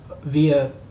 via